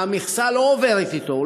המכסה לא עוברת אתו,